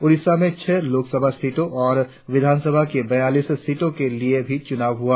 ओडिसा में छह लोकसभा सीटों और विधानसभा की बयालीस सीटों के लिए चुनाव हुआ